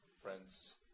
friends